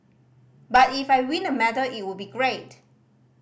but if I win a medal it would be great